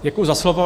Děkuji za slovo.